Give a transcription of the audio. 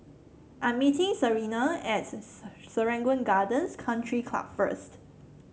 I'm meeting Serena at Serangoon Gardens Country Club first